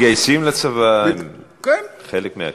הם מתגייסים לצבא, הם חלק מהקהילה.